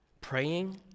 praying